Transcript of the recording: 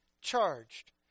charged